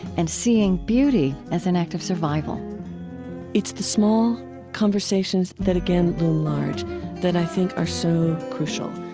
and seeing beauty as an act of survival it's the small conversations that again loom large that i think are so crucial,